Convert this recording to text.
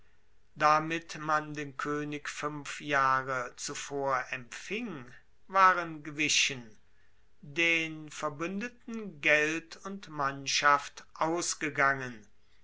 damit man den koenig fuenf jahre zuvor empfing waren gewichen den verbuendeten geld und mannschaft ausgegangen